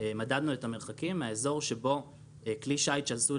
מדדנו את המרחקים מהאזור שבו כלי שיט שעשוי